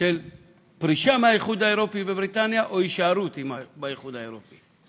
פרישה מהאיחוד האירופי בבריטניה או הישארות באיחוד האירופי.